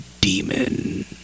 Demon